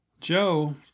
Joe